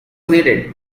needed